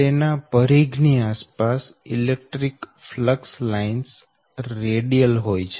તેના પરિઘ ની આસપાસ ઇલેક્ટ્રીક ફ્લક્સ લાઈન્સ રેડિયલ હોય છે